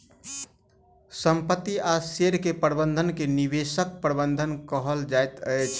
संपत्ति आ शेयर के प्रबंधन के निवेश प्रबंधन कहल जाइत अछि